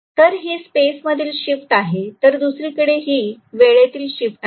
तर ही स्पेस मधील शिफ्ट आहे तर दुसरीकडे ही वेळेतली शिफ्ट आहे